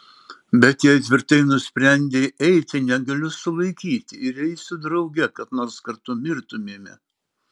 bet jei tvirtai nusprendei eiti negaliu sulaikyti ir eisiu drauge kad nors kartu mirtumėme